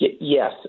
Yes